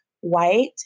white